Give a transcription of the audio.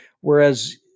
whereas